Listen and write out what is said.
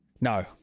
No